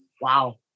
wow